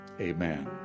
amen